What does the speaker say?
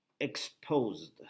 exposed